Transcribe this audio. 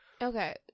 Okay